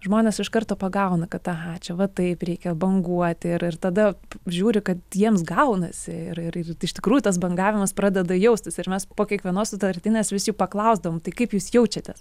žmonės iš karto pagauna kad aha čia va taip reikia banguoti ir tada žiūri kad jiems gaunasi ir ir iš tikrųjų tas bangavimas pradeda jaustis ir mes po kiekvienos sutartinės vis jų paklausdavom tai kaip jūs jaučiatės